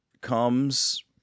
comes